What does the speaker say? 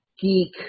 geek